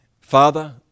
Father